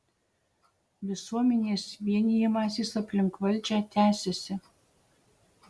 visuomenės vienijimasis aplink valdžią tęsiasi